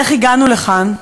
איך הגענו לכאן?